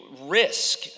risk